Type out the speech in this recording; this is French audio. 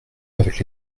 avec